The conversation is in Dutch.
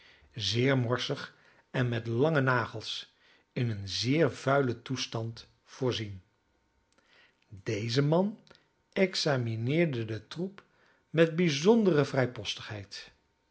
zeer morsig en met lange nagels in een zeer vuilen toestand voorzien deze man examineerde den troep met bijzondere